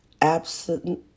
absent